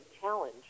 challenge